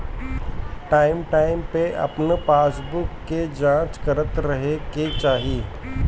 time time पे अपन passbook के जाँच करत रहे के चाही